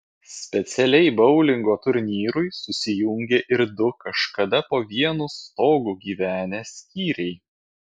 specialiai boulingo turnyrui susijungė ir du kažkada po vienu stogu gyvenę skyriai